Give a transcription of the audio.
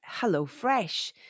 HelloFresh